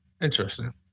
Interesting